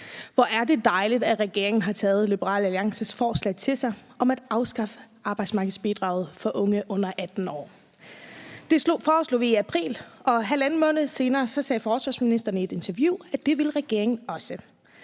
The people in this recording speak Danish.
Hvor er det dejligt, at regeringen har taget Liberal Alliances forslag til sig om at afskaffe arbejdsmarkedsbidraget for unge under 18 år. Det foreslog vi i april, og halvanden måned senere sagde finansministeren i et interview, at det ville regeringen også,